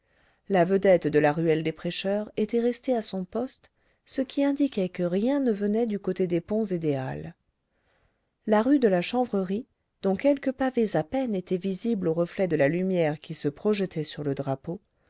la vedette de la ruelle des prêcheurs était restée à son poste ce qui indiquait que rien ne venait du côté des ponts et des halles la rue de la chanvrerie dont quelques pavés à peine étaient visibles au reflet de la lumière qui se projetait sur le drapeau